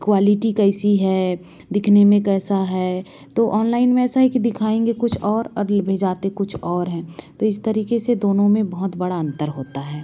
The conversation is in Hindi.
क्वालिटी कैसी है दिखने में कैसा है तो ऑनलाइन में ऐसा है कि दिखाएंगे कुछ और भेजते कुछ और हैं तो इस तरीके से दोनों में बहुत बड़ा अंतर होता है